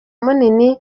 munini